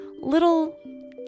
little